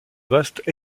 vaste